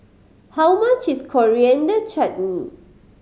how much is Coriander Chutney